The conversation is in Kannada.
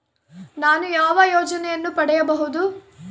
ನಾನು ಯಾವ ಯೋಜನೆಯನ್ನು ಪಡೆಯಬಹುದು?